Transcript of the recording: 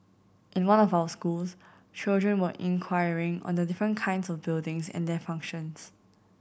in one of our schools children were inquiring on the different kinds of buildings and their functions